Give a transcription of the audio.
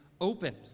opened